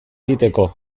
egiteko